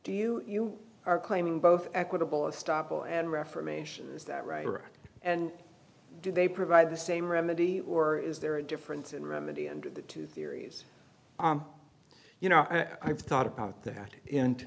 you you are claiming both equitable and stoppel and reformation is that right and do they provide the same remedy or is there a difference in the remedy and the two theories you know i've thought about that and